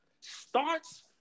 starts